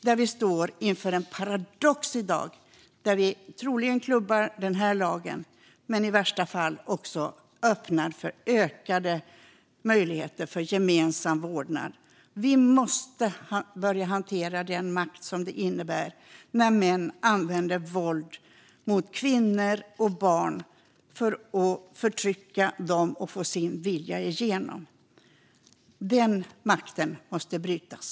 Här står vi inför en paradox då vi troligen klubbar denna lag men i värsta fall också öppnar för ökade möjligheter för gemensam vårdnad. Vi måste börja hantera den makt som det innebär när män använder våld mot kvinnor och barn för att förtrycka dem och få sin vilja igenom. Denna makt måste brytas.